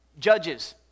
Judges